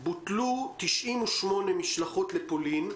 בוטלו 98 משלחות לפולין,